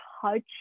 touch